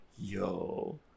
yo